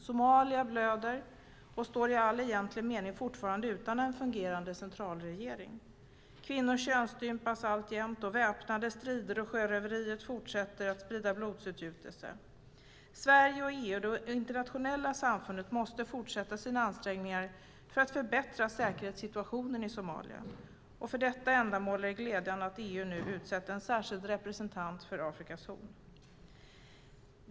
Somalia blöder och står i all egentlig mening fortfarande utan en fungerande centralregering. Kvinnor könsstympas alltjämt, och väpnade strider och sjöröveri fortsätter att sprida blodsutgjutelse. Sverige, EU och det internationella samfundet måste fortsätta sina ansträngningar för att förbättra säkerhetssituationen i Somalia. För detta ändamål är det glädjande att EU nu utsett en särskild representant för Afrikas horn.